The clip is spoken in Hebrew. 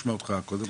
נשמע אותך קודם,